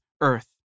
earth